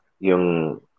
Yung